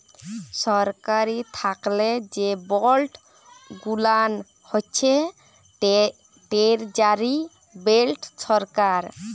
সরকারি থ্যাকে যে বল্ড গুলান হছে টেরজারি বল্ড সরকার